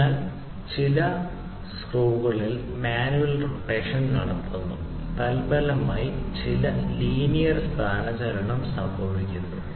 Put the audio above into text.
അതിനാൽ ചില സ്ക്രൂകളിൽ മാനുവൽ റൊട്ടേഷൻ നടത്തുന്നു തൽഫലമായി ചില ലീനിയർ സ്ഥാനചലനം സംഭവിക്കുന്നു